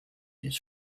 his